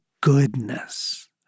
goodness